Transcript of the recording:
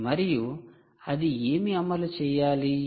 మరియు అది ఏమి అమలు చేయాలి